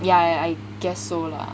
yeah I guess so lah